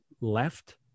left